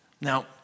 Now